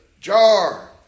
jar